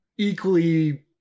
equally